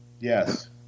Yes